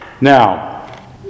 Now